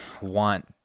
want